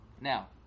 Now